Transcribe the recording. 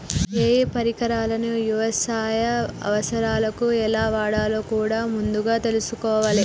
ఏయే పరికరాలను యవసాయ అవసరాలకు ఎలా వాడాలో కూడా ముందుగా తెల్సుకోవాలే